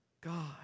God